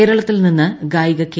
കേരളത്തിൽ നിന്ന് ഗായിക കെ